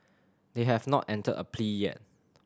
they have not entered a plea yet